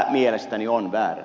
tämä mielestäni on väärin